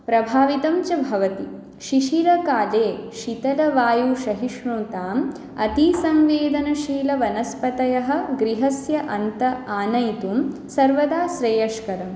प्रभावितं च भवति शिशिरकाले शीतलवायुशहिष्णुताम् अतिसंवेदनशीलवनस्पतयः गृहस्य अन्त आनयितुं सर्वदा श्रेयष्करम्